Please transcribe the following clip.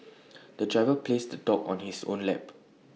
the driver placed the dog on his own lap